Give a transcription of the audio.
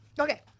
Okay